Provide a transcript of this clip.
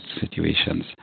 situations